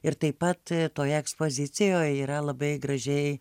ir taip pat toje ekspozicijoje yra labai gražiai